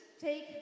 take